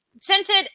Scented